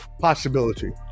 possibility